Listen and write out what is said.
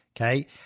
Okay